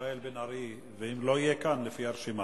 מיכאל בן-ארי, ואם לא יהיה כאן, לפי הרשימה.